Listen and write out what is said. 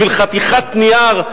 בשביל חתיכת נייר,